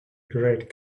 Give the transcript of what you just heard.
great